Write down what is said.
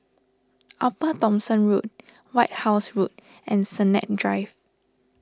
Upper Thomson Road White House Road and Sennett Drive